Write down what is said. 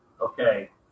okay